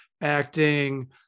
acting